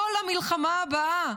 לא למלחמה הבאה,